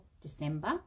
December